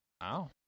Wow